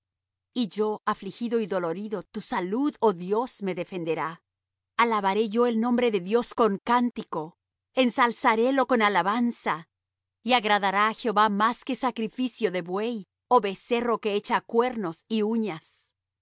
y yo afligido y dolorido tu salud oh dios me defenderá alabaré yo el nombre de dios con cántico ensalzarélo con alabanza y agradará á jehová más que sacrificio de buey o becerro que echa cuernos y uñas